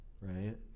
Right